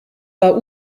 war